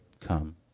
come